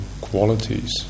qualities